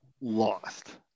lost